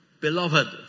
Beloved